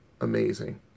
amazing